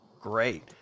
Great